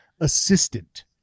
assistant